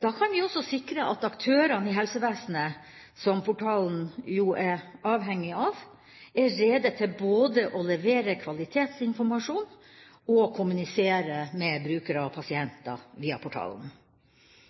Da kan vi også sikre at aktørene i helsevesenet – som portalen jo er avhengig av – er rede til både å levere kvalitetsinformasjon og å kommunisere med brukere og pasienter via portalen.